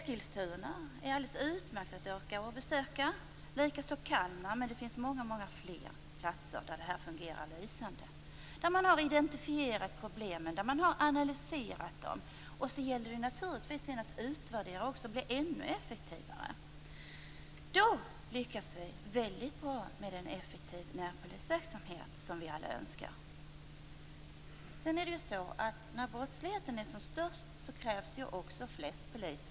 Det går alldeles utmärkt att besöka t.ex. Eskilstuna och Kalmar, och det finns många fler platser som detta fungerar lysande på. Där har man identifierat och analyserat problemen. Sedan gäller det också att utvärdera insatserna så att verksamheten kan bli ännu effektivare. På det viset kan man lyckas väldigt bra med en effektiv närpolisverksamhet, som vi alla önskar. När brottsligheten är som störst krävs flest poliser i tjänst.